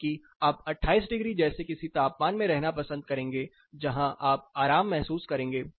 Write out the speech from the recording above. जबकि आप 28 डिग्री जैसे किसी तापमान में रहना पसंद करेंगे जहाँ आप आराम महसूस करेंगे